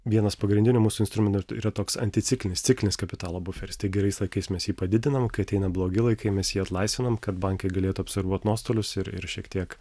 vienas pagrindinių mūsų instrumentų yra toks anticiklinis ciklinis kapitalo buferis tai gerais laikais mes padidinam kai ateina blogi laikai mes jį atlaisvinam kad bankai galėtų absorbuot nuostolius ir šiek tiek